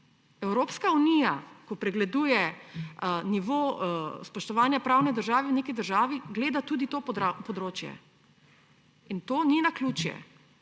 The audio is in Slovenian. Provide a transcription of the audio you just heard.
Evropska unija, ko pregleduje nivo spoštovanja pravne države v neki državi, gleda tudi to področje in to ni naključje.